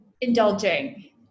indulging